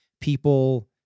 people